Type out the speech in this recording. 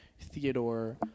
Theodore